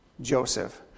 Joseph